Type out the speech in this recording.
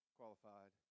qualified